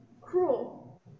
cruel